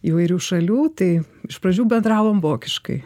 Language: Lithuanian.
įvairių šalių tai iš pradžių bendravom vokiškai